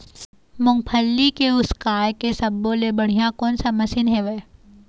मूंगफली के उसकाय के सब्बो ले बढ़िया कोन सा मशीन हेवय?